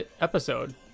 episode